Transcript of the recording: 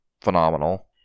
phenomenal